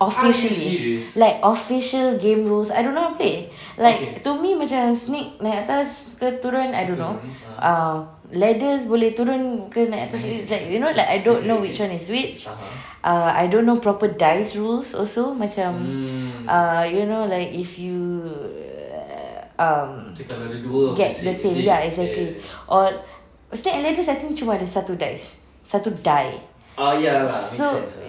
officially like official game rules I don't know how to play like to me macam snake naik atas ke turun I don't know ah ladders boleh turun ke naik atas you know like I don't know which one is which err I don't know proper dice rules also macam err you know like if you um get the same ya exactly or snake and ladders I think cuma ada satu dice satu die so